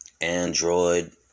Android